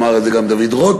אמר את זה גם דוד רותם: